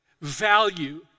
value